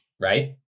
right